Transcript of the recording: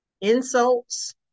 insults